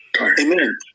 Amen